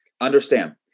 Understand